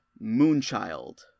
Moonchild